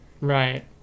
Right